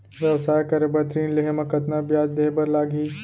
व्यवसाय करे बर ऋण लेहे म कतना ब्याज देहे बर लागही?